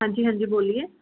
हां जी हां जी बोलिए